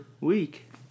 Week